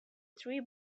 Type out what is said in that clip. tree